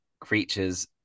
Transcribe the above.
creatures